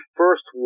first